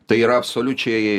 tai yra absoliučiai